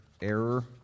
error